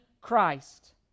Christ